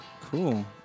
Cool